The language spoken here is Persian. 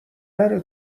نره